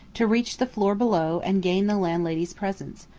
to reach the floor below and gain the landlady's presence.